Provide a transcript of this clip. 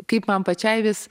kaip man pačiai vis